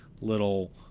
little